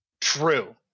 True